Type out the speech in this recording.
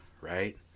right